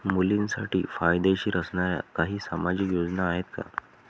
मुलींसाठी फायदेशीर असणाऱ्या काही सामाजिक योजना आहेत का?